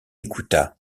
écouta